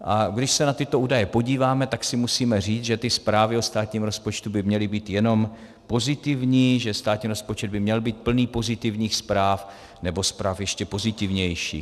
A když se na tyto údaje podíváme, tak si musíme říct, že ty zprávy o státním rozpočtu by měly být jenom pozitivní, že státní rozpočet by měl být plný pozitivních zpráv, nebo zpráv ještě pozitivnějších.